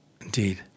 Indeed